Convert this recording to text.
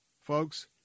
Folks